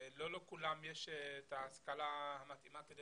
לא לכולם יש את ההשכלה המתאימה כדי